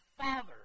Father